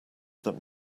that